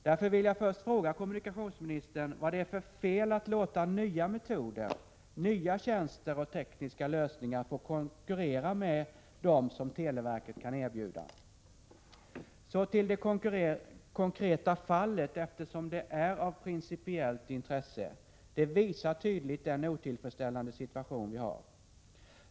Därför vill jag först fråga kommunikationsministern vad det är för fel att låta nya metoder, nya tjänster och tekniska lösningar få konkurrera med dem som televerket kan erbjuda. Så till det konkreta fallet, eftersom det är av principiellt intresse — det visar tydligt den otillfredsställande situation vi har.